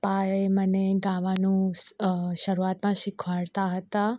પપ્પાએ મને ગાવાનું શરૂઆતમાં શીખવાડતા હતા